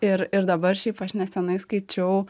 ir ir dabar šiaip aš nesenai skaičiau